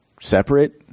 separate